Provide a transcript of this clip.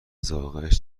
ذائقهاش